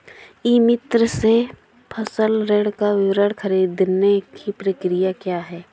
ई मित्र से फसल ऋण का विवरण ख़रीदने की प्रक्रिया क्या है?